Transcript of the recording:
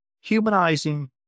humanizing